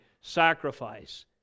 Sacrifice